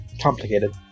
complicated